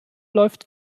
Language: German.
läuft